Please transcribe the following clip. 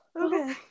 Okay